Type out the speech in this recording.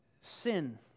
sin